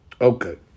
Okay